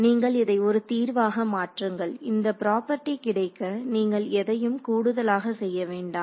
நீங்கள் இதை ஒரு தீர்வாக மாற்றுங்கள் இந்த பிராப்பர்டி கிடைக்க நீங்கள் எதையும் கூடுதலாக செய்ய வேண்டாம்